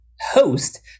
host